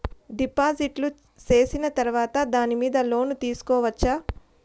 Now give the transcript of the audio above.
డిపాజిట్లు సేసిన తర్వాత దాని మీద లోను తీసుకోవచ్చా?